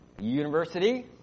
university